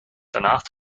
danach